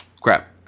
Crap